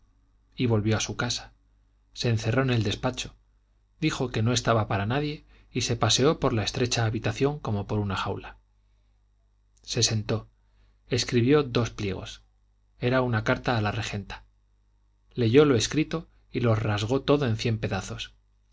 y volvió a su casa se encerró en el despacho dijo que no estaba para nadie y se paseó por la estrecha habitación como por una jaula se sentó escribió dos pliegos era una carta a la regenta leyó lo escrito y lo rasgó todo en cien pedazos